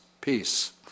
peace